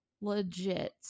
legit